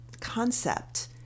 concept